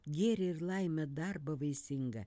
gėrį ir laimę darbą vaisingą